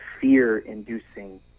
fear-inducing